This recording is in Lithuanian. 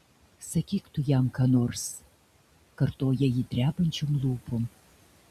sakyk tu jam ką nors kartoja ji drebančiom lūpom